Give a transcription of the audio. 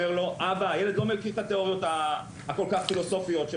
לו: 'אבא הילד לא מכיר את התאוריות הכול כך פילוסופיות של